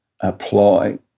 apply